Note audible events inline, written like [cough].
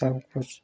[unintelligible]